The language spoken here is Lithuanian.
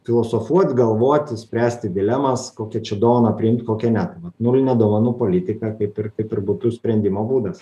filosofuot galvoti spręsti dilemas kokią čia dovaną priimt kokią ne nulinė dovanų politika kaip ir kaip ir būtų sprendimo būdas